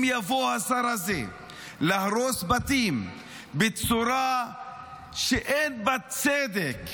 אם השר הזה יבוא להרוס בתים בצורה שאין בה צדק,